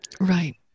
right